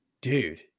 dude